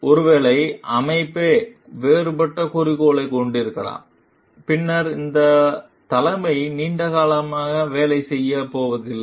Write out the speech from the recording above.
ஒருவேளை அமைப்பே வேறுபட்ட குறிக்கோளைக் கொண்டிருக்கலாம் பின்னர் இந்த தலைமை நீண்ட காலமாக வேலை செய்யப் போவதில்லை